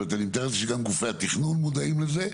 אני מתאר לעצמי שגם גופי תכנון מודעים לזה.